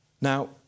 Now